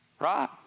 right